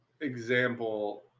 example